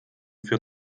für